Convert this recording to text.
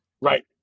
Right